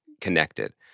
connected